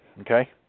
okay